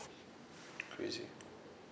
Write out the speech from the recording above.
crazy